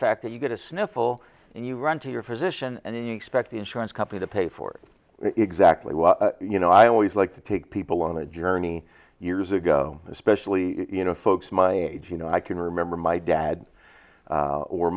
fact that you get a sniffle and you run to your physician and you expect the insurance company to pay for it exactly well you know i always like to take people on a journey years ago especially you know folks my age you know i can remember my dad